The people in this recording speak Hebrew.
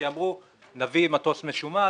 כי אמרו: נביא מטוס משומש,